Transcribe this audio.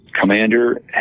commander